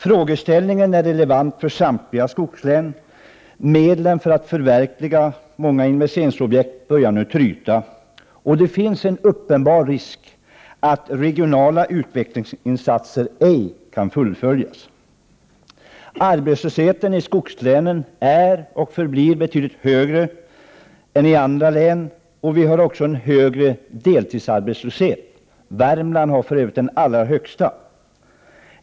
Frågeställningen är relevant för samtliga skogslän. Medlen börjar nu tryta när det gäller förverkligandet av många investeringsobjekt. Det finns en uppenbar risk att regionala utvecklingsinsatser ej kan fullföljas. Arbetslösheten i skogslänen ä och förblir betydligt högre än i andra län, och vi har en högre deltidsarbetslöshet — Värmland har för övrigt den allra högsta.